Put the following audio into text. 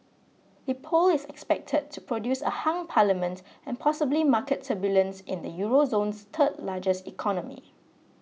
the poll is expected to produce a hung parliament and possibly market turbulence in the Euro zone's third largest economy